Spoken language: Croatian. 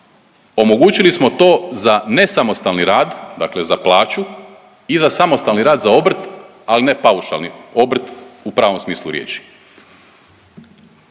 Omogućili smo to za nesamostalni rad, dakle za plaću i za samostalni rad, za obrt, ali ne paušalni, obrt u pravom smislu riječi.